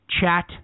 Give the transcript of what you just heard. chat